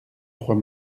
trois